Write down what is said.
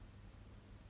but her grades took